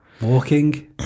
Walking